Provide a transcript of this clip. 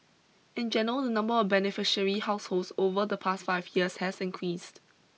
in general the number of beneficiary households over the past five years has increased